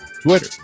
Twitter